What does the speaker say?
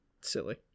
silly